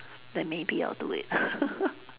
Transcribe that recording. then maybe I'll do it